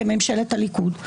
בממשלת הליכוד?